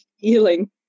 feeling